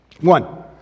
One